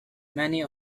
many